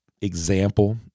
example